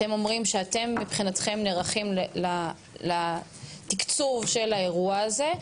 אתם אומרים שמבחינתכם אתם נערכים לתקצוב של האירוע הזה,